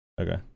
Okay